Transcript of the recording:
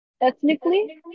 ethnically